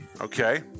Okay